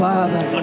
Father